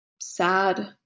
sad